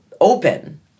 open